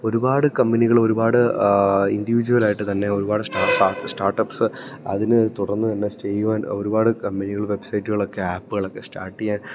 ഒരുപാട് കമ്പനികൾ ഒരുപാട് ഇൻഡിവിജ്വലായിട്ട് തന്നെ ഒരുപാട് സ്റ്റാ സ്റ്റാർട്ടപ്പ്സ് അതിനെത്തുടര്ന്നു തന്നെ ചെയ്യുവാൻ ഒരുപാട് കമ്പനികൾ വെബ്സൈറ്റുകളൊക്കെ ആപ്പുകളൊക്കെ സ്റ്റാർട്ട് ചെയ്യാൻ